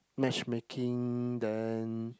matching making then